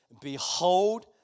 Behold